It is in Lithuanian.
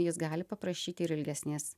jis gali paprašyti ir ilgesnės